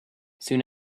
soon